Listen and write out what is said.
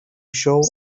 show